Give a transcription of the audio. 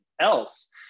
else